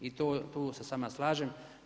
I tu se s vama slažem.